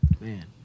man